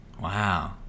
wow